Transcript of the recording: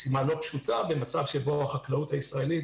זו משימה לא פשוטה במצב שבו החקלאות הישראלית